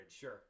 Sure